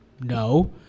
No